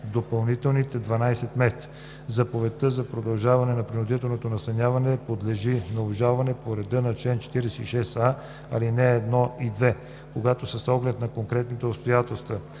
допълнителни 12 месеца. Заповедта за продължаване на принудителното настаняване подлежи на обжалване по реда на чл. 46а, ал. 1 и 2. Когато с оглед на конкретните обстоятелства